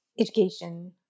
education